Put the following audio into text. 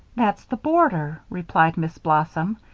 that's the border, replied miss blossom.